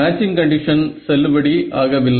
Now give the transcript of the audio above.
matching condition செல்லுபடி ஆக இல்லை